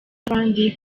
n’abandi